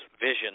vision